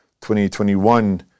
2021